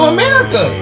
America